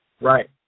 Right